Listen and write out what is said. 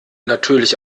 natürlich